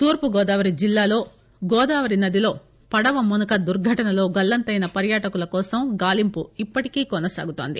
తూర్పు గోదావరి జిల్లాలో గోదావరి నదిలో పడవ మునక దుర్ఘటనలో గల్లంతైన పర్యాటకుల కోసం గాలింపు ఇప్పటికీ కొనసాగుతోంది